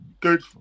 Good